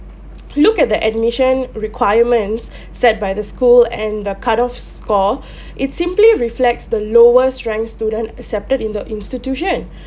look at the admission requirements set by the school and the cut off score it simply reflects the lowest ranked students accepted in the institution